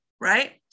right